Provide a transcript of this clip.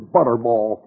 Butterball